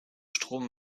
strom